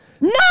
No